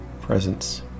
presence